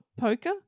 poker